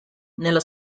nella